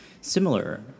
similar